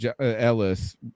Ellis